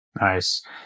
Nice